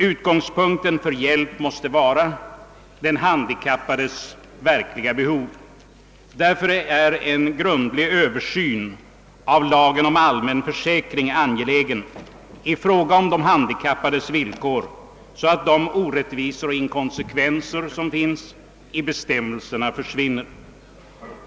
Utgångspunkten vid hjälp måste vara den handikappades verkliga behov och därför är en grundlig översyn av lagen om allmän försäkring i fråga om de handikappades villkor angelägen, så att orättvisorna och inkonsekvenserna i bestämmelserna försvinner.